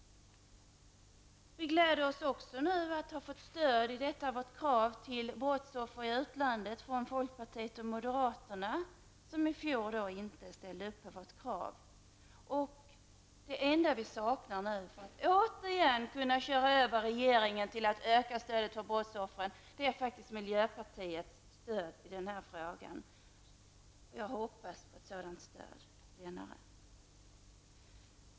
Vi gläder oss också över att vi nu har fått stöd för vårt krav på hjälp åt brottsoffren i utlandet från folkpartiet och moderaterna, som i fjol inte ställde upp på vårt krav. Det enda som saknas för att vi återigen skall kunna köra över regeringen och öka stödet till brottsoffren är faktiskt miljöpartiets hjälp. Jag hoppas på ett sådant stöd från miljöpartiets sida.